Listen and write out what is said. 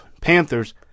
Panthers